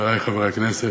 חברי חברי הכנסת,